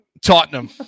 Tottenham